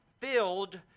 filled